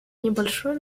небольшую